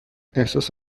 احساس